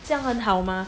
这样很好吗